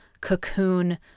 cocoon